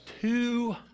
two